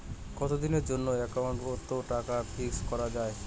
কতদিনের জন্যে একাউন্ট ওত টাকা ফিক্সড করা যায়?